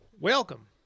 Welcome